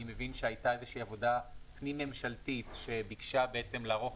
אני מבין שהייתה עבודה פנים-ממשלתית שביקשה לערוך